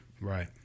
Right